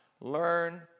learn